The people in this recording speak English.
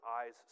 eyes